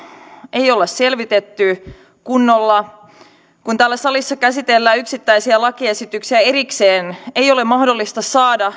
ei ole selvitetty kunnolla kun täällä salissa käsitellään yksittäisiä lakiesityksiä erikseen ei ole mahdollista saada